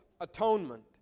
atonement